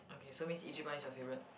okay so mean Ichiban is your favorite